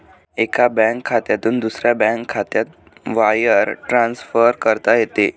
एका बँक खात्यातून दुसऱ्या बँक खात्यात वायर ट्रान्सफर करता येते